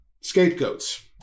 scapegoats